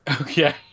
Okay